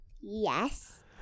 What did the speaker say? Yes